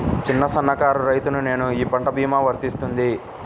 చిన్న సన్న కారు రైతును నేను ఈ పంట భీమా వర్తిస్తుంది?